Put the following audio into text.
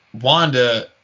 Wanda